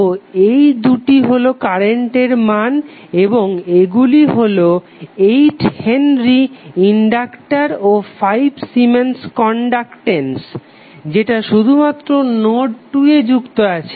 তো এই দুটি হলো কারেন্টের মান এবং এইগুলি হলো 8 হেনরি ইনডাক্টার ও 5 সিমেন্স কনডাকটেন্স যেটা শুধুমাত্র নোড 2 এ যুক্ত আছে